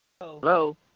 Hello